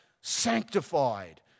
sanctified